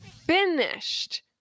finished